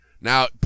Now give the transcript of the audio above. Now